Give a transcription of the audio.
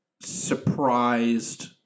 surprised